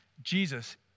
Jesus